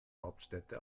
hauptstädte